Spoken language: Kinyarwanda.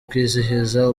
kwizihiza